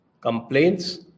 complaints